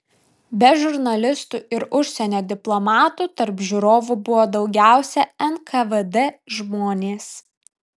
be žurnalistų ir užsienio diplomatų tarp žiūrovų buvo daugiausiai nkvd žmonės